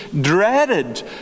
dreaded